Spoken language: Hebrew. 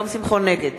נגד